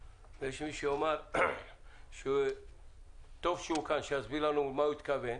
יש מי שיאמר שטוב שהוא כאן כדי שיסביר לנו מה הוא התכוון,